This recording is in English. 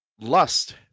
lust